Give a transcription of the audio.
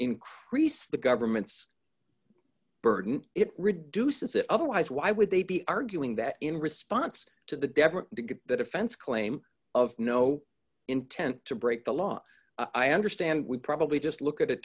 increase the government's burden it reduces it otherwise why would they be arguing that in response to the deference to get the defense claim of no intent to break the law i understand we probably just look at it